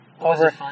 over